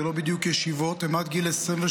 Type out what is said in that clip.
זה לא בדיוק ישיבות, הם עד גיל 23,